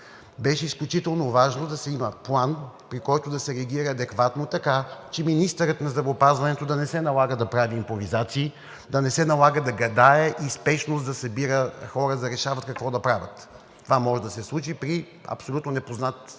Беше изключително важно да има план, при който да се реагира адекватно, така че министърът на здравеопазването да не се налага да прави импровизации, да не се налага да гадае и спешно да събира хора, за да решава какво да правят. Това може да се случи при абсолютно непознат